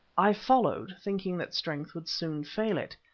i followed, thinking that strength would soon fail it.